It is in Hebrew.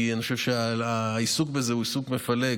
כי אני חושב שהעיסוק בזה הוא עיסוק מפלג,